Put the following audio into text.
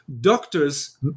doctors